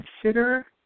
consider